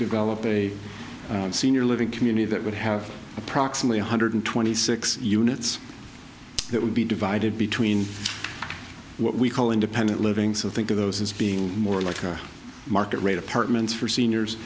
develop a senior living community that would have approximately one hundred twenty six units that would be divided between what we call independent living so think of those as being more like a market rate apartments for seniors